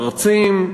מרצים,